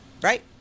right